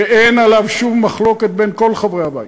שאין עליו שום מחלוקת בין כל חברי הבית.